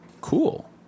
Cool